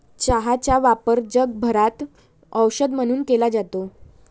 चहाचा वापर जगभरात औषध म्हणून केला जातो